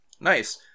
Nice